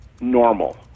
normal